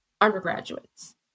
undergraduates